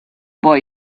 boy